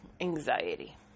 anxiety